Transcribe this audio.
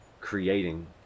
creating